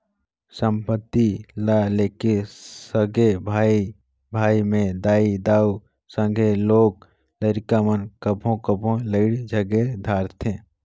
संपत्ति ल लेके सगे भाई भाई में दाई दाऊ, संघे लोग लरिका मन कभों कभों लइड़ झगेर धारथें